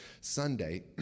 Sunday